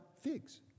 figs